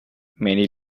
many